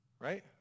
Right